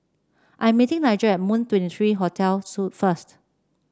I'm meeting Nigel at Moon Twenty three Hotel first